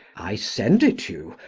i send it you,